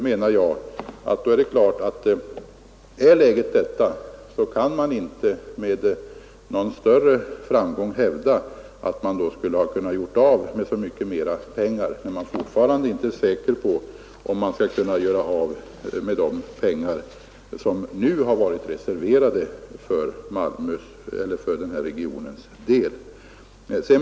Man kan, menar jag, inte med någon större framgång hävda att man skulle ha kunnat göra av med så mycket mera pengar, om man fortfarande inte är säker på om man skall kunna göra av med de pengar som nu är reserverade för regionens del.